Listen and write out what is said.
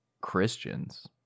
Christians